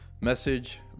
message